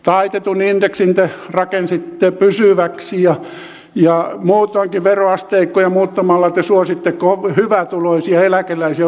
taitetun indeksin te rakensitte pysyväksi ja muutoinkin veroasteikkoja muuttamalla te suositte hyvätuloisia eläkeläisiä oikein roimasti